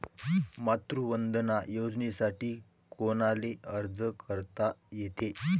मातृवंदना योजनेसाठी कोनाले अर्ज करता येते?